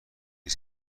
است